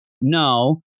no